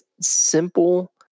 simple